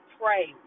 pray